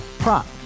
Prop